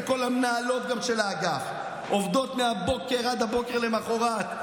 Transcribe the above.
גם לכל המנהלות של האגף שעובדות מהבוקר עד הבוקר למוחרת.